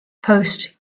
post